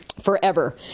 forever